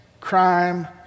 crime